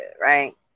right